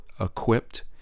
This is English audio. equipped